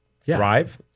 Thrive